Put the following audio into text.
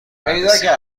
بررسی